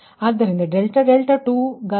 ಆದ್ದರಿಂದ∆20 ∆30 ಸಿಕ್ಕಿದೆ